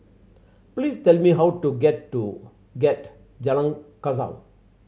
please tell me how to get to get Jalan Kasau